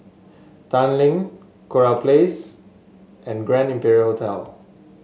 Tanglin Kurau Place and Grand Imperial Hotel